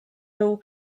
nhw